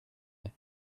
why